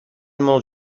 molt